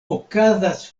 okazas